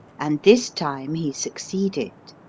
and this time he succeeded.